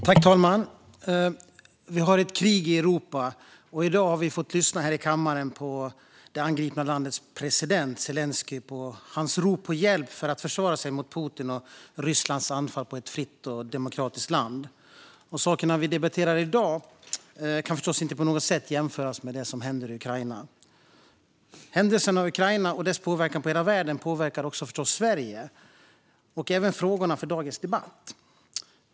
Fru talman! Vi har ett krig i Europa, och i dag har vi här i kammaren fått lyssna på det angripna landets president Zelenskyj och på hans rop på hjälp med att försvara sig mot Putin och Rysslands anfall på ett fritt och demokratiskt land. De saker vi debatterar i dag kan förstås inte på något sätt jämföras med det som händer i Ukraina. Händelserna i Ukraina påverkar hela världen och också förstås Sverige och även frågorna för dagens debatt.